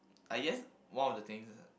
I guess one of the things